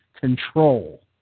control